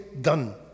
done